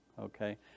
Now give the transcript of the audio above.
Okay